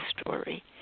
story